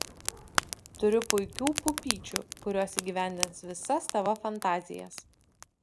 turiu puikių pupyčių kurios įgyvendins visas tavo fantazijas